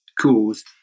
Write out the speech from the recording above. caused